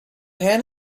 pan